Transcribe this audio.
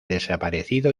desaparecido